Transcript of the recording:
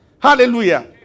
Hallelujah